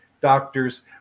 doctors